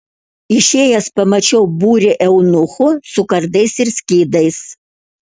išėjęs pamačiau būrį eunuchų su kardais ir skydais